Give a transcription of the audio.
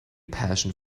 passion